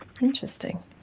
Interesting